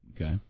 okay